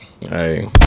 Hey